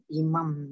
imam